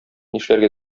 нишләргә